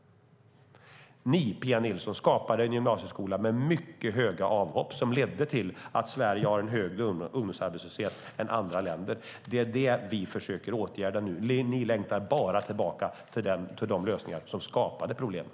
Ni, Pia Nilsson, skapade en gymnasieskola med mycket stora avhopp som ledde till att Sverige har en högre ungdomsarbetslöshet än andra länder. Det är det vi försöker åtgärda nu. Men ni längtar bara tillbaka till de lösningar som skapade problemen.